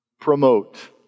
promote